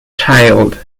child